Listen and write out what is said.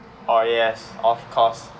orh yes of course